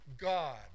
God